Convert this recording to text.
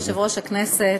אדוני יושב-ראש הכנסת,